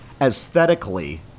aesthetically